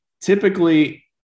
Typically